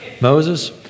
Moses